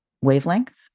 wavelength